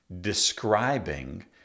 describing